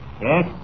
Yes